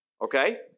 Okay